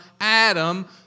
Adam